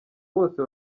bose